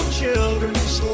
children's